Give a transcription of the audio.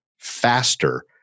Faster